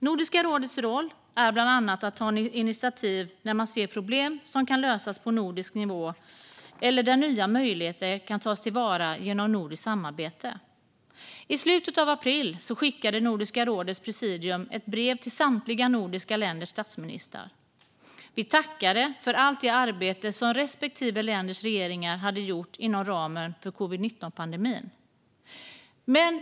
Nordiska rådets roll är bland annat att ta initiativ när man ser problem som kan lösas på nordisk nivå eller där nya möjligheter kan tas till vara genom nordiskt samarbete. I slutet av april skickade Nordiska rådets presidium ett brev till samtliga nordiska länders statsministrar. Vi tackade för allt arbete som respektive lands regering hade gjort inom ramen för covid-19-pandemin.